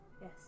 Yes